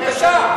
בבקשה.